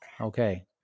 Okay